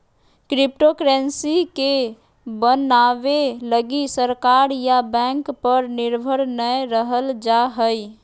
cryptocurrency के बनाबे लगी सरकार या बैंक पर निर्भर नय रहल जा हइ